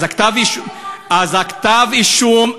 אז כתב-האישום,